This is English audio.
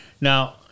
Now